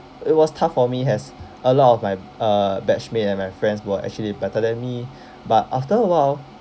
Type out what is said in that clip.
it was tough for me as a lot of my uh batchmate and my friends were actually better than me but after a while